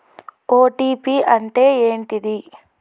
OTP అంటే ఏంటిది?